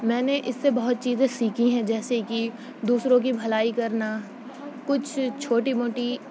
میں نے اس سے بہت چیزیں سیکھی ہیں جیسے کہ دوسروں کی بھلائی کرنا کچھ چھوٹی موٹی